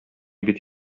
бит